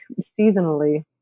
seasonally